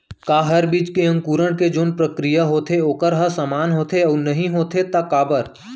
का हर बीज के अंकुरण के जोन प्रक्रिया होथे वोकर ह समान होथे, अऊ नहीं होथे ता काबर?